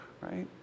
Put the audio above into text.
Right